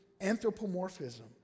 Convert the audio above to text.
anthropomorphism